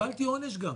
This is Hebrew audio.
קיבלתי עונש גם.